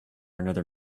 another